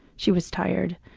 she was tired.